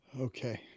Okay